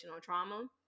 trauma